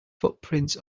footprints